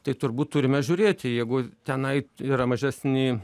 tai turbūt turime žiūrėti jeigu tenai yra mažesni